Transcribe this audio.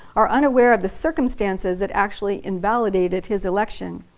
are unaware of the circumstances that actually invalidated his election.